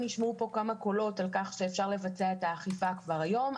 נשמעו פה כמה קולות על כך שאפשר לבצע את האכיפה כבר היום.